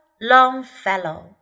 longfellow